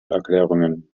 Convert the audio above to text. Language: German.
erklärungen